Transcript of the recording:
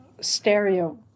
stereo